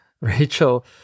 Rachel